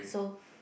so